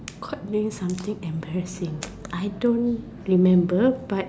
caught doing something embarrassing I don't remember but